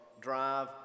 drive